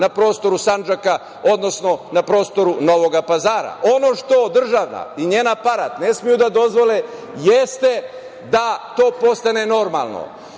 na prostoru Sandžaka, odnosno na prostoru Novog Pazara. Ono što država i njen aparat ne smeju da dozvole jeste da to postane normalno.